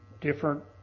different